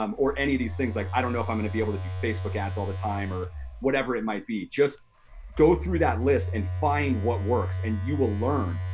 um or any of these things, like, i don't know if i'm gonna be able to do facebook ads all the time or whatever it might be. just go through that list and find what works and you will learn,